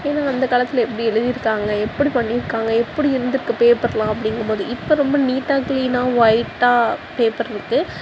ஏன்னால் அந்த காலத்தில் எப்படி எழுதியிருக்காங்க எப்படி பண்ணியிருக்காங்க எப்படி இருந்திருக்கு பேப்பரெலாம் அப்படிங்கம்போது இப்போ ரொம்ப நீட்டாக க்ளீனாக வொய்ட்டாக பேப்பர் இருக்குது